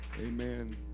Amen